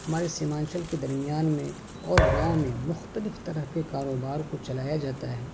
ہمارے سمانچل کے درمیان میں اور گاؤں میں مختلف طرح کے کاروبار کو چلایا جاتا ہے